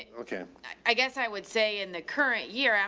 okay. i guess i would say in the current year out,